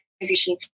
organization